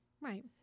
Right